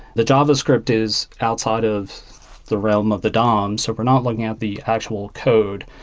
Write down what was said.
the javascript is outside of the realm of the dom. so we're not looking at the actual code.